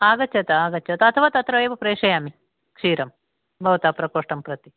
आगच्छतु आगच्छतु अथवा तत्रैव प्रेषयामि क्षीरं भवतां प्रकोष्ठं प्रति